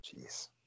Jeez